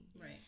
right